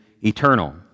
eternal